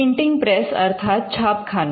printing press અર્થાત છાપખાનું